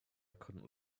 couldn’t